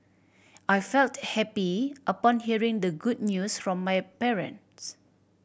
I felt happy upon hearing the good news from my parents